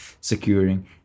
securing